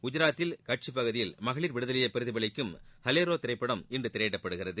குஜராத்தில் கட்ச் பகுதியில் மகளிர் விடுதலையை பிரதிபலிக்கும் ஹலரோ திரைப்படம் இன்று திரையிடப்படுகிறது